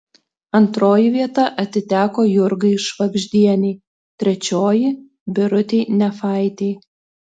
antroji vieta atiteko jurgai švagždienei trečioji birutei nefaitei